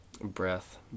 breath